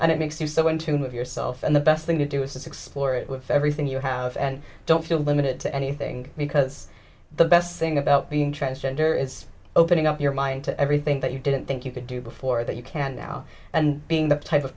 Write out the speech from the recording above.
and it makes you so when to move yourself and the best thing to do is explore it with everything you have and don't feel limited to anything because the best thing about being transgender is opening up your mind to everything that you didn't think you could do before that you can now and being the type of